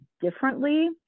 differently